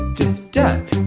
du-du duck